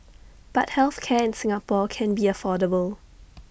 but health care in Singapore can be affordable